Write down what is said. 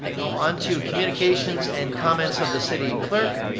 now onto communications and comments of the city clerk.